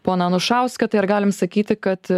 poną anušauską tai ar galim sakyti kad